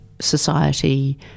society